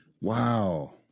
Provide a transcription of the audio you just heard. Wow